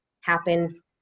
happen